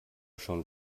schon